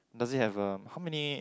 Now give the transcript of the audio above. does it have um how many